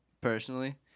personally